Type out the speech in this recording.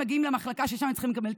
מגיעים למחלקה שבה הם צריכים לקבל טיפול.